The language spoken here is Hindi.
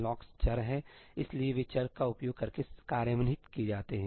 लॉक्स चर हैं इसलिएवे चर का उपयोग करके कार्यान्वित किए जाते हैं